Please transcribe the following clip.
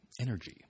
energy